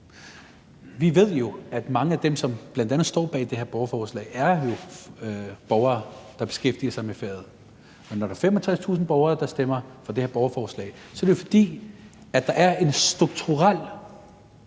Vi ved jo, at mange af dem, som bl.a. står bag det her borgerforslag, er borgere, der beskæftiger sig med faget. Når der er 65.000 borgere, der har skrevet under på det her borgerforslag, er det jo, fordi der er en strukturel